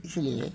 इसलिए